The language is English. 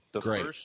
Great